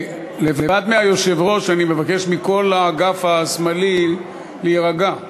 לבד מהיושב-ראש, אני מבקש מכל האגף השמאלי להירגע.